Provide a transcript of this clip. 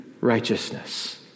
righteousness